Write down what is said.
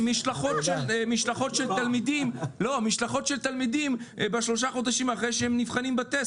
משלחות של תלמידים בשלושה חודשים אחרי שהם נבחנים בטסט,